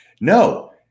No